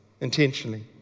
intentionally